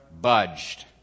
budged